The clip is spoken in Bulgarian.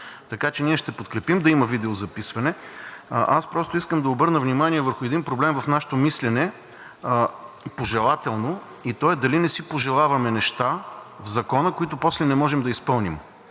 така че ние ще подкрепим да има видеозаписване. Аз просто бих искал да обърна внимание върху един проблем в нашето пожелателно мислене и то е дали не си пожелаваме неща в закона, които после не можем да изпълним.